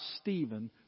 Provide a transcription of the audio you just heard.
Stephen